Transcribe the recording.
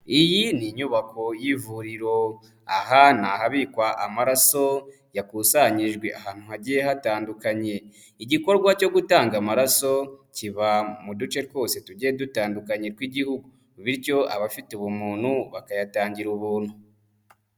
Iyi ni inyubako y'ivuriro, aha ni ahabikwa amaraso yakusanyijwe ahantu hagiye hatandukanye, igikorwa cyo gutanga amaraso kiba mu duce twose tugiye dutandukanye tw'igihugu, bityo abafite ubumuntu bakayatangira ubuntu.